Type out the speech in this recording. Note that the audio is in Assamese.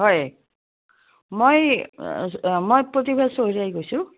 হয় মই মই প্ৰতিভা চহৰীয়াই কৈছোঁ